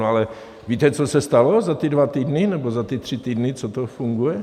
Ale víte, co se stalo za ty dva týdny, nebo za ty tři týdny, co to funguje?